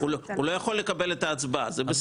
הוא לא יכול לקבל את ההצבעה וזה בסדר.